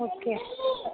okay